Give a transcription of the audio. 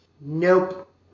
Nope